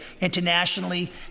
internationally